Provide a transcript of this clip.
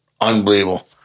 unbelievable